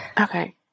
Okay